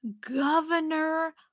governor